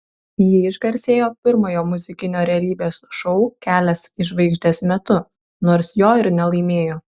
ji išgarsėjo pirmojo muzikinio realybės šou kelias į žvaigždes metu nors jo ir nelaimėjo